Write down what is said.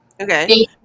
Okay